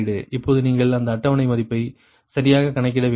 இப்போது நீங்கள் அந்த அட்டவணை மதிப்பை சரியாக கணக்கிட வேண்டும்